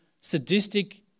sadistic